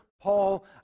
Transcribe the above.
Paul